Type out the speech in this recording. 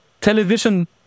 television